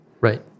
Right